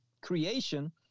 creation